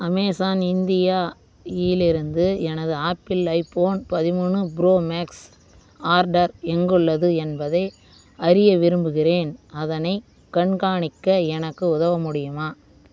Amazon இந்தியாயிலிருந்து எனது Apple iPhone பதிமூணு ப்ரோ மேக்ஸ் ஆர்டர் எங்குள்ளது என்பதை அறிய விரும்புகிறேன் அதனை கண்காணிக்க எனக்கு உதவ முடியுமா